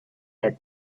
had